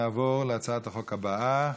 אנחנו נעבור להצעת החוק הבאה,